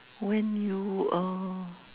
when you